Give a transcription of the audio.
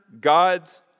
God's